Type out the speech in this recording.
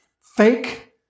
fake